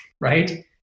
right